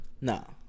No